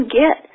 get